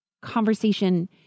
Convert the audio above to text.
conversation